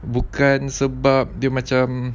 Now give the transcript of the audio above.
bukan sebab dia macam